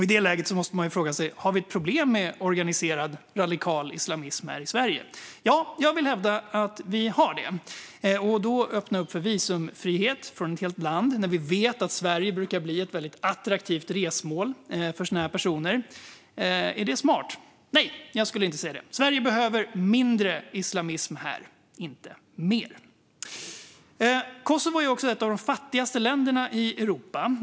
I detta läge måste man fråga sig: Har vi ett problem med organiserad radikal islamism här i Sverige? Jag vill hävda att vi har det. Är det då smart att öppna upp för visumfrihet för ett helt land när vi vet att Sverige brukar bli ett väldigt attraktivt resmål för sådana här personer? Nej, jag skulle inte säga det. Sverige behöver mindre islamism - inte mer. Kosovo är också ett av de fattigaste länderna i Europa.